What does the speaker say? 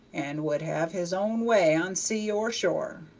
and would have his own way on sea or shore.